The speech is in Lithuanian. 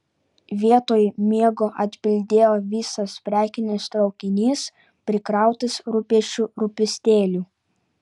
vietoj miego atbildėjo visas prekinis traukinys prikrautas rūpesčių rūpestėlių